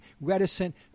reticent